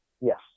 Yes